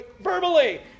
verbally